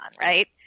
right